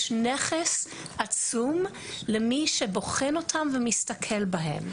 יש נכס עצום למי שבוחן אותם ומסתכל בהם.